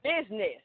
business